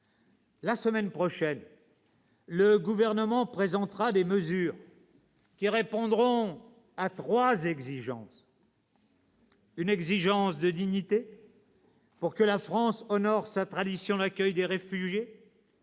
La semaine prochaine, le Gouvernement présentera des mesures qui répondront à trois exigences : une exigence de dignité pour que la France honore sa tradition d'accueil des réfugiés